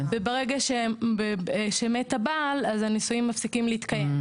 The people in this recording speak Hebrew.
ברגע שמת הבעל הנישואים מפסיקים להתקיים.